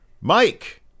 Mike